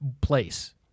place